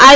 આઈ